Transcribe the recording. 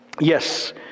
Yes